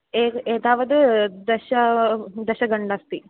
ए एतावद् दश दश घण्टा अस्ति